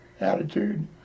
attitude